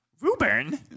Ruben